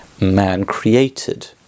man-created